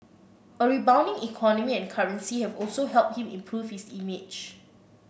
a rebounding economy and currency have also helped him improve his image